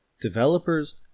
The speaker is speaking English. Developers